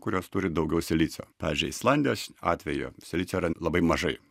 kurios turi daugiau silicio pavyzdžiui islandijos atveju silicio yra labai mažai